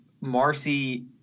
Marcy